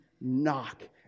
knock